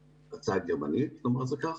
הצעה גרמנית, נאמר את זה כך,